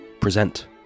Present